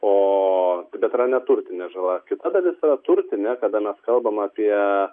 o bet yra neturtinė žala kita dalis yra turtinė kada mes kalbame apie